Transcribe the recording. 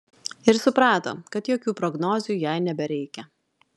ir suprato kad jokių prognozių jai nebereikia